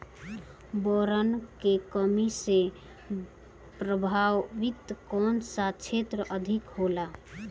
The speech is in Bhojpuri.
बोरान के कमी से प्रभावित कौन सा क्षेत्र अधिक होला?